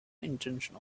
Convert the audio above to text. intention